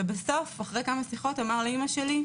ואחרי כמה שיחות אמר לאימא שלי: